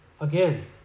Again